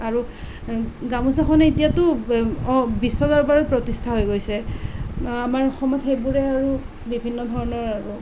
আৰু গামোছাখন এতিয়াতো অঁ বিশ্বদৰবাৰত প্ৰতিষ্ঠা হৈ গৈছে আমাৰ অসমত সেইবোৰে আৰু বিভিন্ন ধৰণৰ আৰু